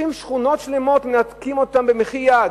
לוקחים שכונות שלמות, מנתקים אותן במחי-יד